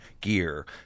gear